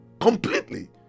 Completely